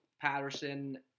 Patterson